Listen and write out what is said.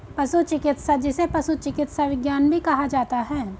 पशु चिकित्सा, जिसे पशु चिकित्सा विज्ञान भी कहा जाता है